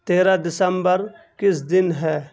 تیرہ دسمبر کس دن ہے